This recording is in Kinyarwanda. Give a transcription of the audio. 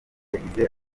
yagize